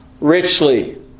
richly